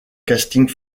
casting